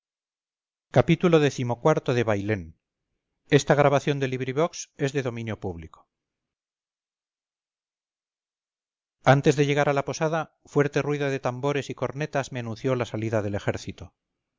xxvi xxvii xxviii xxix xxx xxxi xxxii bailén de benito pérez galdós antes de llegar a la posada fuerte ruido de tambores y cornetas me anunció la salida del ejército